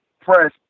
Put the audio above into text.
press